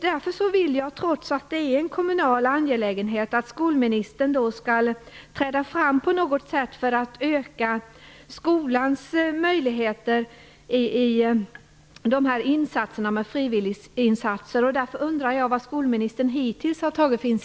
Därför vill jag att skolministern, trots att detta är en kommunal angelägenhet, på något sätt skall träda fram för att öka möjligheterna till frivilliginsatser i skolorna. Jag undrar vilka initiativ skolministern hittills har tagit.